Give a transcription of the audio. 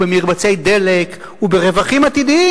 במרבצי דלק וברווחים עתידיים,